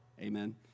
Amen